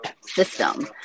system